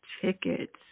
tickets